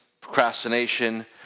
procrastination